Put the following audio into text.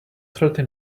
thirty